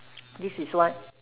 this is what